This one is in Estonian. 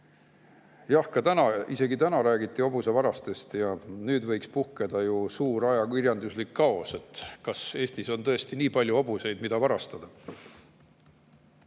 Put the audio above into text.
teada. Täna näiteks räägiti hobusevarastest ja nüüd võiks puhkeda suur ajakirjanduslik kaos, et kas Eestis on tõesti nii palju hobuseid, mida varastada.